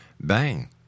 bang